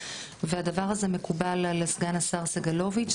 והדבר הזה מקובל על סגן השר סגלוביץ',